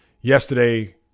yesterday